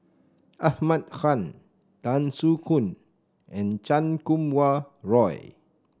Ahmad Khan Tan Soo Khoon and Chan Kum Wah Roy